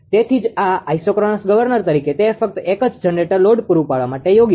તેથી જ આ આઇસોક્રોનસ ગવર્નર તરીકે તે ફક્ત એક જ જનરેટર લોડ પૂરું પાડવા માટે યોગ્ય છે